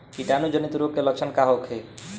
कीटाणु जनित रोग के लक्षण का होखे?